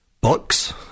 books